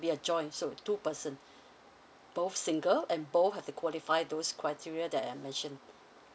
be a joint so two person both single and both have to qualify those criteria that I mentioned